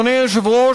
אדוני היושב-ראש,